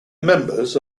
members